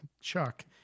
Chuck